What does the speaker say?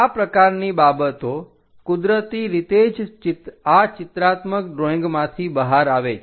આ પ્રકારની બાબતો કુદરતી રીતે જ આ ચિત્રાત્મક ડ્રોઈંગમાંથી બહાર આવે છે